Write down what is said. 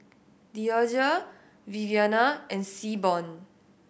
Deasia Viviana and Seaborn